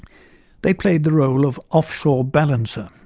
they played the role of offshore balancer,